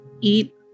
eat